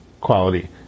quality